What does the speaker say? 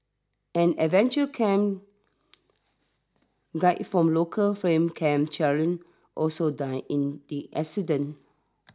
an adventure camp guide from local firm Camp Challenge also died in the accident